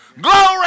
Glory